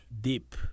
deep